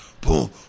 boom